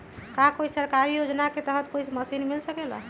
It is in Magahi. का कोई सरकारी योजना के तहत कोई मशीन मिल सकेला?